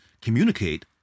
communicate